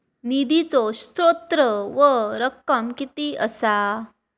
निधीचो स्त्रोत व रक्कम कीती असा?